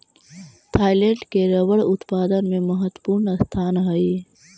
Thailand के rubber उत्पादन में महत्त्वपूर्ण स्थान हइ